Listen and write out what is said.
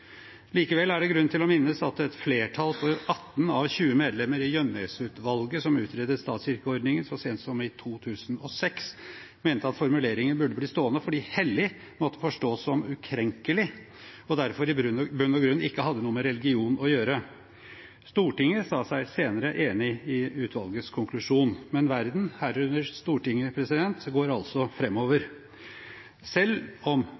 Likevel er det grunn til å minnes at et flertall på 18 av 20 medlemmer i Gjønnes-utvalget, som utredet statskirkeordningen så sent som i 2006, mente at formuleringen burde bli stående fordi «hellig» måtte forstås som «ukrenkelig» og derfor i bunn og grunn ikke hadde noe med religion å gjøre. Stortinget sa seg senere enig i utvalgets konklusjon. Men verden, herunder Stortinget, går altså framover. Selv om